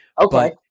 Okay